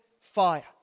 fire